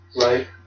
right